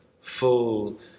full